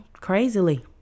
crazily